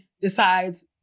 decides